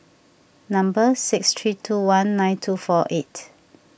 number six three two one nine two four eight